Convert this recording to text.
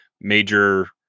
major